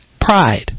Pride